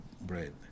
bread